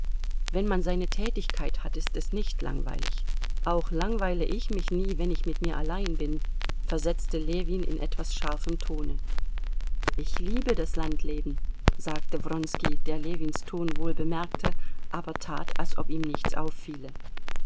wenn man seine tätigkeit hat ist es nicht langweilig auch langweile ich mich nie wenn ich mit mir allein bin versetzte ljewin in etwas scharfem tone ich liebe das landleben sagte wronski der ljewins ton wohl bemerkte aber tat als ob ihm nichts auffiele